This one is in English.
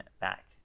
back